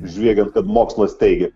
žviegiant kad mokslas teigia